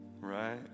right